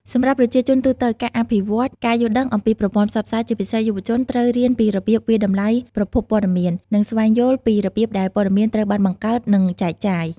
សម្រាប់ប្រជាជនទូទៅ ការអភិវឌ្ឍការយល់ដឹងអំពីប្រព័ន្ធផ្សព្វផ្សាយជាពិសេសយុវជនត្រូវរៀនពីរបៀបវាយតម្លៃប្រភពព័ត៌មាន និងស្វែងយល់ពីរបៀបដែលព័ត៌មានត្រូវបានបង្កើតនិងចែកចាយ។